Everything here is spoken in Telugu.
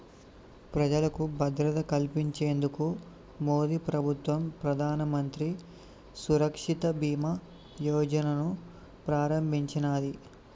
ప్రజలకు భద్రత కల్పించేందుకు మోదీప్రభుత్వం ప్రధానమంత్రి సురక్ష బీమా యోజనను ప్రారంభించినాది